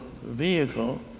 vehicle